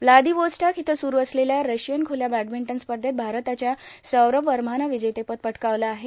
Vladivostok इथं सुरू असलेल्या रशियन ख्रल्या बॅडमिंटन स्पर्धेत भारताच्या सौरभ वर्मानं विजेतेपद पटकावलं आहे